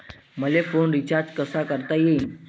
मले phone recharge कसा करता येईन?